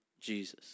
Jesus